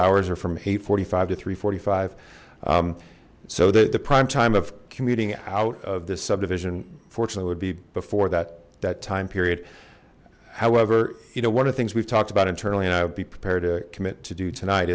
hours are from eight forty five to three forty five so that the prime time of commuting out of this subdivision fortunate would be before that that time period however you know one of things we've talked about internally and be prepared to commit to do tonight